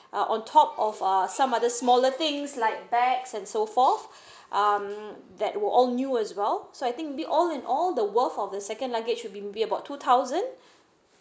uh on top of uh some other smaller things like bags and so forth um that will all new as well so I think be all in all the worth for the second luggage will be maybe about two thousand